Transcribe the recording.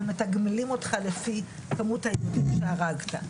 ומתגמלים אותך לפי כמות היהודים שהרגת.